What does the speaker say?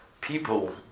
People